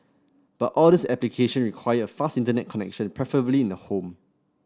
but all these application require a fast Internet connection preferably in the home